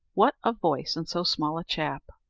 what a voice in so small a chap!